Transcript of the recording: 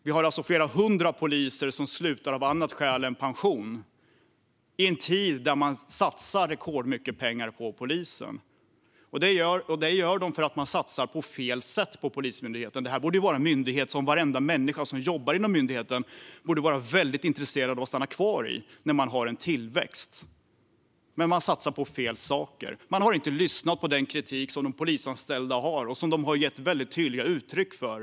Vi har flera hundra poliser som slutar av andra skäl än pension, detta i en tid när man satsar rekordmycket pengar på polisen. Det gör de därför att man satsar på fel sätt på Polismyndigheten. Varenda människa som jobbar på Polismyndigheten borde vara väldigt intresserad av att stanna kvar där, eftersom myndigheten har en tillväxt. Men man satsar på fel saker. Man har inte lyssnat på den kritik som de polisanställda har och som de har gett väldigt tydligt uttryck för.